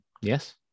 Yes